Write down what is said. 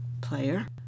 player